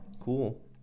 cool